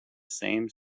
same